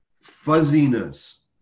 fuzziness